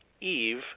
Eve